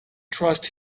trust